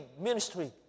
ministry